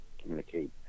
communicate